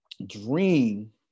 Dream